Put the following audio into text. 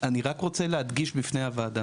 אני רק רוצה להדגיש בפני הוועדה